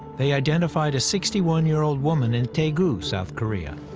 they identified a sixty one year old woman in daegu, south korea.